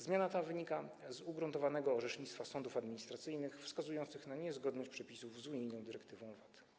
Zmiana ta wynika z ugruntowanego orzecznictwa sądów administracyjnych, wskazujących na niezgodność przepisów z unijną dyrektywą VAT.